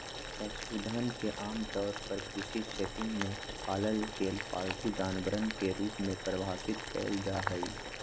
पशुधन के आमतौर पर कृषि सेटिंग में पालल गेल पालतू जानवरवन के रूप में परिभाषित कइल जाहई